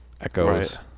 echoes